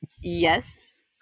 yes